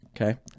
Okay